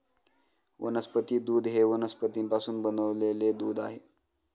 वनस्पती दूध हे वनस्पतींपासून बनविलेले दूध आहे